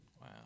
Wow